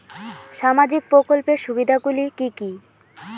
সামাজিক প্রকল্পের সুবিধাগুলি কি কি?